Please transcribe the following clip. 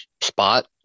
spot